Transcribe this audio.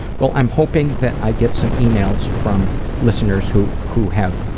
well i'm hoping that i get some emails from listeners who who have.